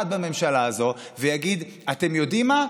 בממשלה הזאת ויגיד: אתם יודעים מה,